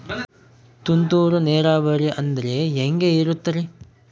ತುಂತುರು ನೇರಾವರಿ ಅಂದ್ರೆ ಹೆಂಗೆ ಇರುತ್ತರಿ?